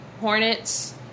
Hornets